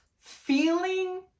feeling